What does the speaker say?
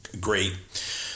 great